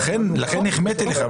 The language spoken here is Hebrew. לכן החמאתי לך.